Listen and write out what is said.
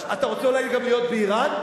בסדר, אתה רוצה אולי גם להיות באירן?